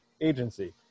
Agency